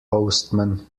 postman